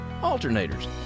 alternators